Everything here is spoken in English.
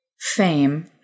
fame